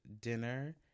dinner